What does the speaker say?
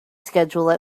schedule